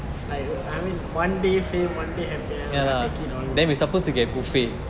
like I mean one day fame one day happiness I'll take it